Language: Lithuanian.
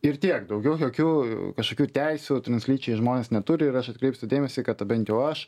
ir tiek daugiau jokių kažkokių teisių translyčiai žmonės neturi ir aš atkreipsiu dėmesį kad bent jau aš